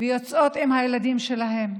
ויוצאות עם הילדים שלהן.